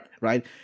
Right